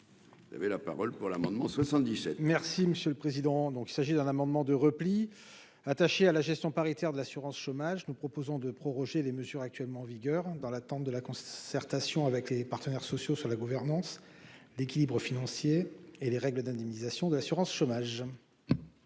Il y avait la parole pour l'amendement 77. Merci monsieur le président, donc il s'agit d'un amendement de repli, attachée à la gestion paritaire de l'assurance chômage, nous proposons de proroger les mesures actuellement en vigueur dans l'attente de la concertation avec les partenaires sociaux sur la gouvernance d'équilibres financiers et les règles d'indemnisation de l'assurance-chômage.